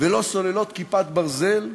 ולא סוללות "כיפת ברזל"